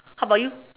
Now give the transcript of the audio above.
how about you